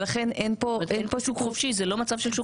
אין פה שוק חופשי, זה לא מצב של שוק חופשי,